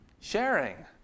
Sharing